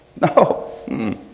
No